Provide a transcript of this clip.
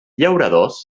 llauradors